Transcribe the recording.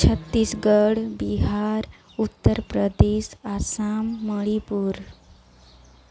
Chhattisgarh Bihar Uttar Pradesh Assam Manipur